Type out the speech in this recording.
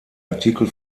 artikel